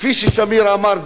כפי ששמיר אמר,